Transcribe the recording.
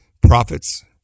prophets